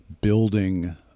building